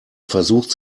versucht